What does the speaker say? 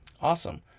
Awesome